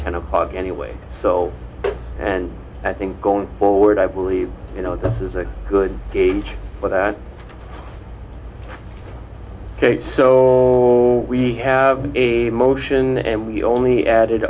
ten o'clock anyway so and i think going forward i believe you know this is a good gauge but that ok so we have a motion and we only added